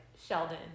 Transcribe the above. Sheldon